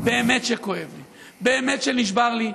באמת כואב לי, באמת נשבר לי.